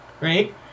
Right